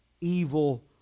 evil